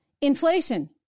Inflation